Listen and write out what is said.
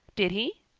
did he?